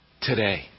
today